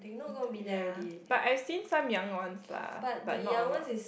ya but I've seen some young ones lah but not a lot